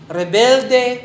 rebelde